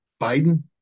Biden